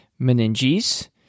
meninges